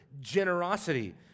generosity